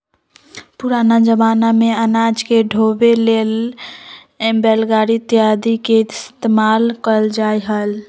पुराना जमाना में अनाज के ढोवे ला बैलगाड़ी इत्यादि के इस्तेमाल कइल जा हलय